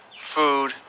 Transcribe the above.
food